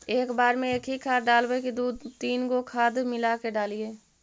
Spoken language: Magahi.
एक बार मे एकही खाद डालबय की दू तीन गो खाद मिला के डालीय?